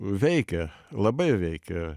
veikia labai veikia